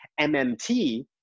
MMT